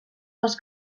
dels